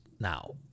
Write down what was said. now